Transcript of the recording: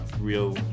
real